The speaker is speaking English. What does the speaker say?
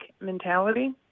mentality